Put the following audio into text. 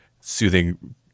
soothing